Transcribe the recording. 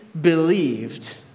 believed